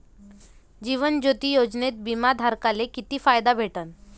जीवन ज्योती योजनेत बिमा धारकाले किती फायदा भेटन?